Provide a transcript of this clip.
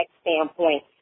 standpoint